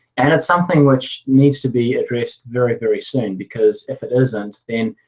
and it's something which needs to be addressed very very soon, because if it isn't then